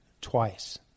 twice